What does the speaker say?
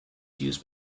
used